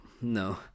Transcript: no